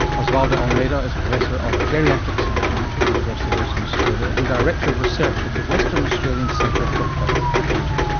osvaldo almeida is professor of geriatric psychiatry at the university of western australia and director of research at the western australian centre for health and ageing.